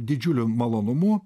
didžiuliu malonumu